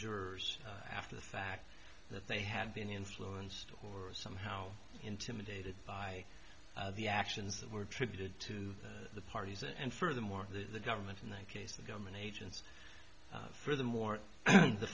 jurors after the fact that they had been influenced or somehow intimidated by the actions that were attributed to the parties and furthermore the government in that case the government agents furthermore the